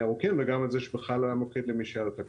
הארוכים וגם על זה שבכלל לא היה מוקד למי שהייתה לו תקלה.